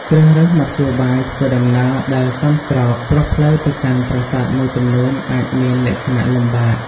ជ្រើសរើសមធ្យោបាយធ្វើដំណើរដែលសមស្រប ព្រោះផ្លូវទៅកាន់ប្រាសាទមួយចំនួនអាចមានលក្ខណៈលំបាក។